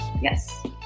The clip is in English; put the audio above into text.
Yes